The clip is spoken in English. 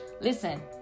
Listen